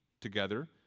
together